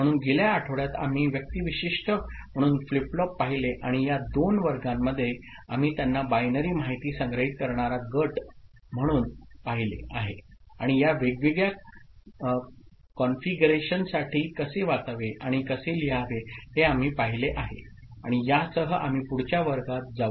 म्हणून गेल्या आठवड्यात आम्ही व्यक्तीविशिष्ट म्हणून फ्लिप फ्लॉप पाहिले आणि या दोन वर्गांमध्ये आम्ही त्यांना बायनरी माहिती संग्रहित करणारा गट म्हणून पाहिले आहे आणि या वेगवेगळ्या कॉन्फिगरेशनसाठी कसे वाचावे आणि कसे लिहावे हे आम्ही पाहिले आहे आणि यासह आम्ही पुढच्या वर्गात जाऊ